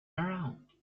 around